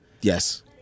Yes